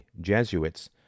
Jesuits